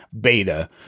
beta